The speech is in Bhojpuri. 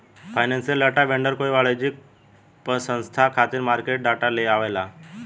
फाइनेंसियल डाटा वेंडर कोई वाणिज्यिक पसंस्था खातिर मार्केट डाटा लेआवेला